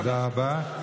תודה רבה.